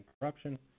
corruption